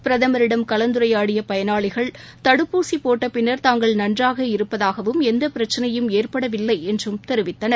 பிரதமரிடம் கலந்துரையாடிய பயனாளிகள் தடுப்பூசி போட்ட பின்னர் தாங்கள் நன்றாக இருப்பதாகவும் எந்த பிரச்சினையும் ஏற்படவில்லை என்றும் தெரிவித்தனர்